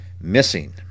missing